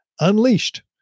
unleashed